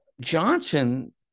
Johnson